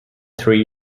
three